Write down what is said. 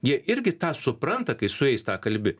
jie irgi tą supranta kai su jais tą kalbi